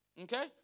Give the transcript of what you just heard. Okay